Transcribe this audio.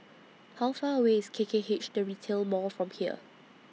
How Far away IS K K H The Retail Mall from here